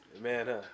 Man